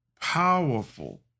powerful